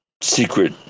secret